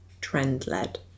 trend-led